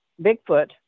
Bigfoot